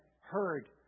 heard